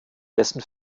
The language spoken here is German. dessen